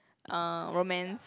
uh romance